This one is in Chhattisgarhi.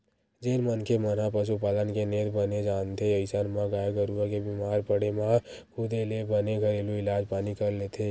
जेन मनखे मन ह पसुपालन के नेत बने जानथे अइसन म गाय गरुवा के बीमार पड़े म खुदे ले बने घरेलू इलाज पानी कर लेथे